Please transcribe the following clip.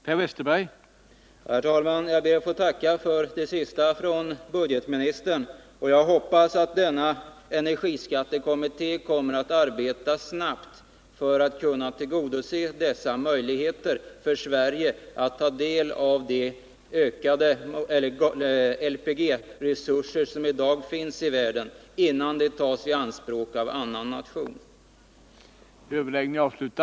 Herr talman! Det till i dag planerade svaret på Kjell-Olof Feldts interpellation om 1979 års taxeringsarbete måste till följd av interpellantens sjukdom framflyttas. Jag har kommit överens med herr Feldt om att besvara interpellationen tisdagen den 20 november.